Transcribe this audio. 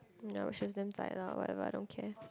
ya which was damn zai lah whatever I don't care